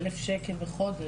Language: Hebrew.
1,000 ₪ בחודש.